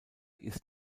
ist